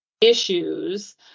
issues